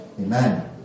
amen